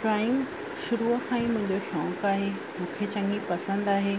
drawing शुरूअ खां ई मुंहिंजी शौक़ु आहे मूंखे चङी पसंदि आहे